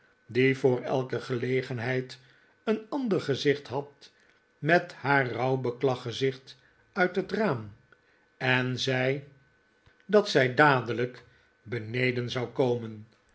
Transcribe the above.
die voor elke gelegenheid een ander gezicht had met haar rouwbeklag gezicht uit het raam en zei dat zij dadelijk beneden zou komen